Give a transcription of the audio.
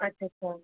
अच्छा अच्छा